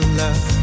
love